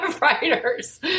writers